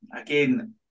again